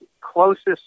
closest